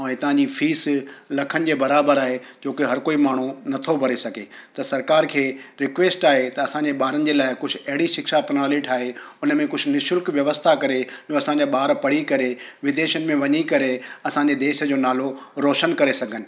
ऐं हितां जी फीस लखनि जे बराबरि आहे क्यूकिं हर कोई माण्हू नथो भरे सघे त सरकार खे रिक्वेस्ट आहे त असांजे ॿारनि जे लाइ कुझु अहिड़ी शिक्षा प्रणाली ठाहे उन में कुझु निशुल्क व्यवस्था करे जो असांजा ॿार पढ़ी करे विदेशनि में वञी करे असांजे देश जो नालो रोशन करे सघनि